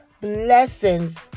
blessings